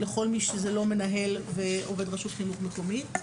עבור כל מי שהוא לא מנהל ועובד רשות חינוך מקומית.